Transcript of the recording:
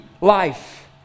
life